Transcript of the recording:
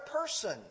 person